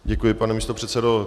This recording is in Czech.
Děkuji, pane místopředsedo.